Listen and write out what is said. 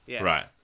Right